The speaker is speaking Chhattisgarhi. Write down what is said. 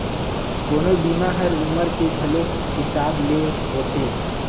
कोनो बीमा हर उमर के घलो हिसाब ले होथे